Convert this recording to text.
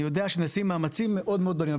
אני יודע שנעשים מאמצים מאוד מאוד גדולים,